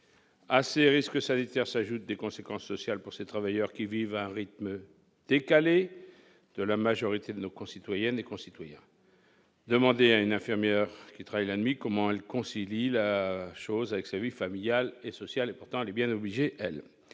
À ces risques sanitaires s'ajoutent des conséquences sociales pour les travailleurs concernés, qui vivent à un rythme décalé de la majorité de nos concitoyennes et concitoyens. Demandez à une infirmière qui travaille la nuit comment elle concilie son métier avec sa vie familiale et sociale ; pourtant, elle est bien obligée de